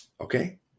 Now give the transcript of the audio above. Okay